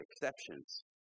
exceptions